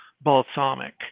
balsamic